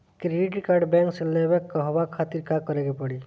Credit card bank से लेवे कहवा खातिर का करे के पड़ी?